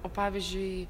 o pavyzdžiui